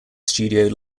studio